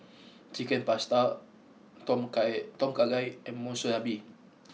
Chicken Pasta Tom Kha Tom Kha Gai and Monsunabe